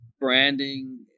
branding